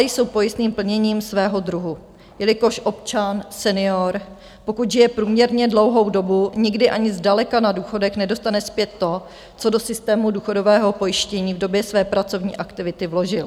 Jsou pojistným plněním svého druhu, jelikož občan senior, pokud žije průměrně dlouhou dobu, nikdy ani zdaleka na důchodech nedostane zpět to, co do systému důchodového pojištění v době své pracovní aktivity vložil.